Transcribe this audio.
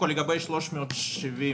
לגבי 370 שקל